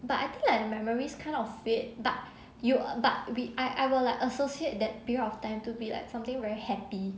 but I think like my memories kind of fade but you but we but I I will like associate that period of time to be like something very happy